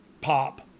pop